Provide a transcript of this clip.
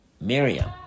Miriam